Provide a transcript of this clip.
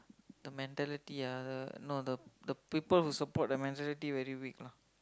the mentality ah the no the the people who support the mentality very weak lah